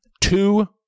two